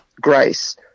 grace